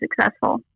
successful